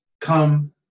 come